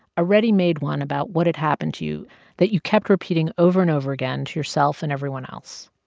a ready-made one about what had happened to you that you kept repeating over and over again to yourself and everyone else.